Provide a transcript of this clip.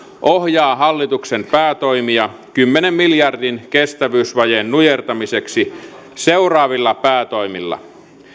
ohjaa hallituksen päätoimia kymmenen miljardin kestävyysvajeen nujertamiseksi seuraavilla päätoimilla